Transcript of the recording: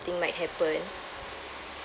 might happen